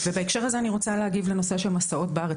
בהקשר הזה אני רוצה להגיב לנושא המסעות בארץ.